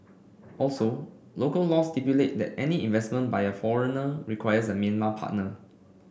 also local laws stipulate that any investment by a foreigner requires a Myanmar partner